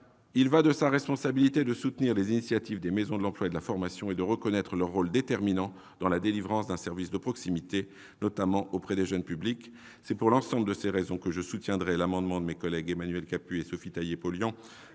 Il est de sa responsabilité de soutenir les initiatives des maisons de l'emploi et de la formation et de reconnaître leur rôle déterminant dans la délivrance d'un service de proximité, notamment auprès des jeunes publics. C'est pour l'ensemble de ces raisons que je soutiendrai l'amendement des rapporteurs spéciaux Emmanuel Capus et Sophie Taillé-Polian,